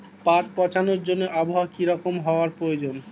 পাট পচানোর জন্য আবহাওয়া কী রকম হওয়ার প্রয়োজন?